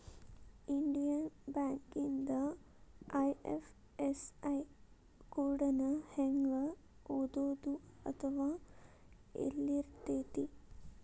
Indian ಬ್ಯಾಂಕಿಂದ IFSC code ನ ಹೆಂಗ ಓದೋದು ಅಥವಾ ಯೆಲ್ಲಿರ್ತೆತಿ?